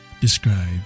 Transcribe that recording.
described